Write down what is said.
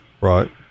right